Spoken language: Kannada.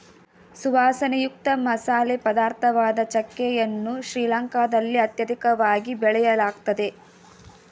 ಸುವಾಸನೆಯುಕ್ತ ಮಸಾಲೆ ಪದಾರ್ಥವಾದ ಚಕ್ಕೆ ಯನ್ನು ಶ್ರೀಲಂಕಾದಲ್ಲಿ ಅತ್ಯಧಿಕವಾಗಿ ಬೆಳೆಯಲಾಗ್ತದೆ